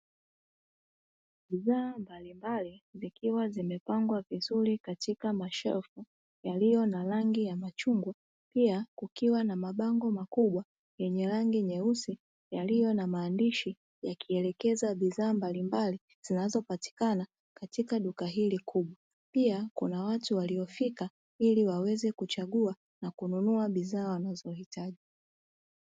Bidhaa mbalimbali zikiwa zimepangwa vizuri katika mashelfu, yaliyo na rangi ya machungwa, pia kukiwa na mabango makubwa yenye rangi nyeusi, yaliyo na maandishi yakielekeza bidhaa mbalimbali zinazopatikana katika duka hili kubwa. Pia kuna watu waliofika ili waweze kuchagua na kununua bidhaa wanazohitaji.